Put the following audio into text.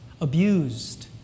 abused